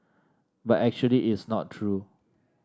but actually it's not true